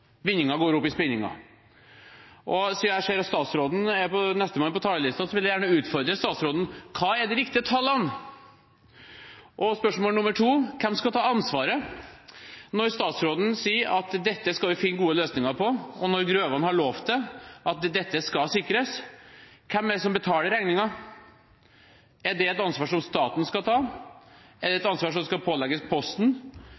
Vinninga går opp i spinninga. Siden jeg ser at statsråden er nestemann på talerlisten, vil jeg gjerne utfordre statsråden: Hva er de riktige tallene? Og spørsmål nr. 2 er: Hvem skal ta ansvaret? Når statsråden sier at dette skal vi finne gode løsninger på, og når Grøvan har lovt at dette skal sikres, hvem er det som betaler regningen? Er det et ansvar som staten skal ta? Er det et ansvar som skal pålegges Posten,